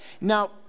Now